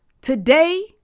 Today